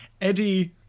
eddie